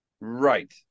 Right